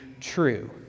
true